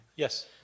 Yes